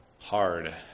hard